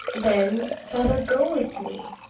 then, father, go with me.